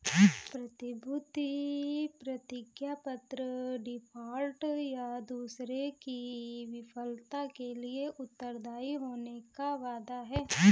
प्रतिभूति प्रतिज्ञापत्र डिफ़ॉल्ट, या दूसरे की विफलता के लिए उत्तरदायी होने का वादा है